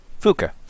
Fuka